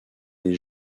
des